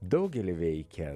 daugelį veikia